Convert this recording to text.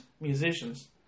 musicians